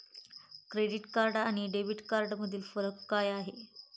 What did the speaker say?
Credit card आणि debit कार्डमधील फरक काय आहे?